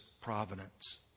providence